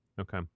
Okay